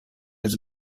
its